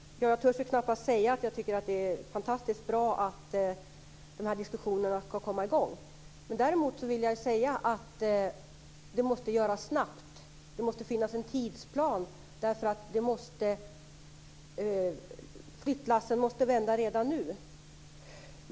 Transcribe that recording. Herr talman! Jag törs knappt säga att tycker att det är fantastiskt bra att diskussionerna kan komma i gång, men det måste ske snabbt. Det måste finnas en tidsplan, därför att flyttlassen måste vända redan nu.